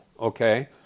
okay